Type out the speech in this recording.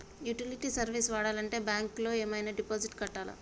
Utility service వాడాలంటే bank లో ఏమైనా డిపాజిట్ కట్టాలా?